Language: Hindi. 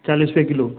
चालीस रुपये किलो